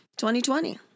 2020